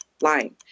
lying